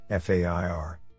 FAIR